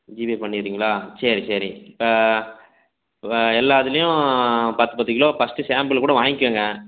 GPay பண்ணிடுறீங்ளா சரி சரி இப்போ எல்லா இதுலேயும் பத்து பத்து கிலோ ஃபஸ்ட்டு சாம்புல் கூட வாங்கிக்கங்க